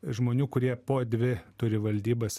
žmonių kurie po dvi turi valdybas